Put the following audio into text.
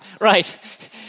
right